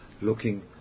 looking